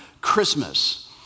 Christmas